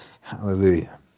Hallelujah